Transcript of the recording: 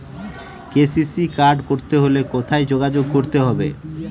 KCC card করতে হলে কোথায় যোগাযোগ করতে হবে?